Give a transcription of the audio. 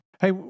Hey